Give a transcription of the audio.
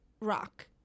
rock